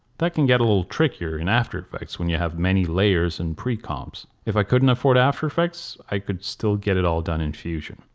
that can get a little trickier in after effects when you have many layers and pre-comps. if i couldn't afford after effects i could still get it all done in fusion.